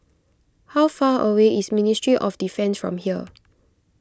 how far away is Ministry of Defence from here